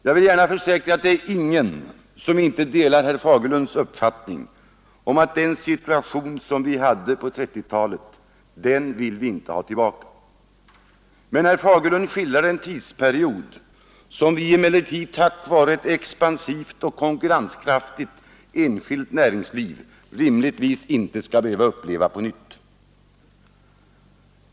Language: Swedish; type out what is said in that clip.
Jag vill försäkra att det inte är någon som inte delar herr Fagerlunds uppfattning att vi inte vill ha tillbaka den situation som rådde på 1930-talet. Men herr Fagerlund skildrar en tidsperiod som vi tack vare ett expansivt och konkurrenskraftigt enskilt näringsliv rimligtvis inte skall behöva uppleva på nytt.